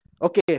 Okay